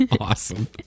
Awesome